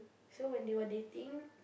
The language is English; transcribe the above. so when they were dating